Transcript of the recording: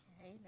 Okay